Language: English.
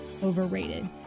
Overrated